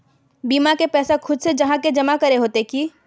बीमा के पैसा खुद से जाहा के जमा करे होते की?